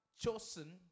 chosen